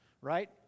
right